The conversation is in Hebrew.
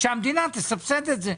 שהמדינה תסבסד את זה.